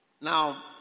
Now